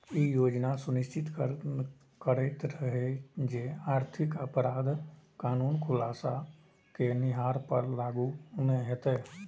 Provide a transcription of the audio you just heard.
ई योजना सुनिश्चित करैत रहै जे आर्थिक अपराध कानून खुलासा केनिहार पर लागू नै हेतै